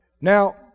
Now